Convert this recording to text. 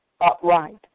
upright